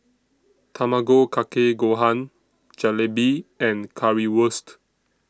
Tamago Kake Gohan Jalebi and Currywurst